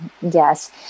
Yes